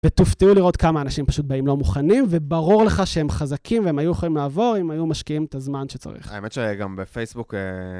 ותופתעו לראות כמה אנשים פשוט באים לא מוכנים, וברור לך שהם חזקים והם היו יכולים לעבור אם היו משקיעים את הזמן שצריך. האמת שגם בפייסבוק...